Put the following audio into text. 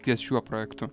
ties šiuo projektu